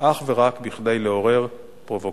אך ורק כדי לעורר פרובוקציה